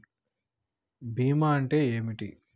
బీమా అంటే ఏమిటి?